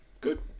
Good